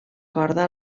corda